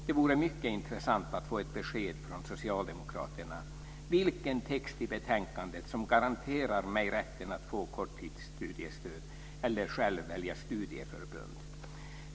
Det vore mycket intressant att få ett besked från socialdemokraterna om vilken text i betänkandet som garanterar mig rätten att få korttidsstudiestöd eller själv välja studieförbund.